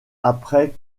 après